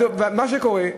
ומה שקורה,